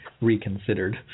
reconsidered